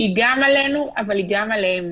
היא גם עלינו, אבל היא גם עליהם.